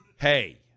hey